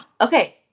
Okay